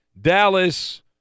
Dallas